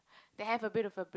they have a bit of a b~